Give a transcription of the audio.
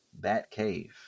Batcave